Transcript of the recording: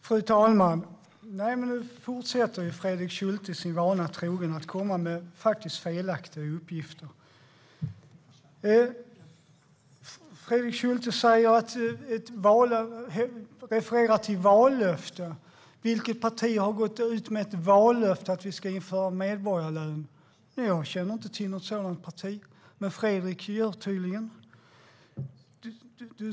Fru talman! Nu fortsätter Fredrik Schulte, sin vana trogen, att komma med felaktiga uppgifter. Fredrik Schulte refererar till vallöften. Vilket parti har gått ut med ett vallöfte om att införa medborgarlön? Jag känner inte till något sådant parti, men Fredrik gör tydligen det.